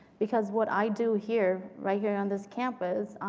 because what i do here, right here on this campus,